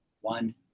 one